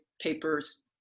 papers